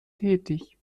tätig